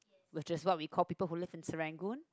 which is what we call people who live in Serangoon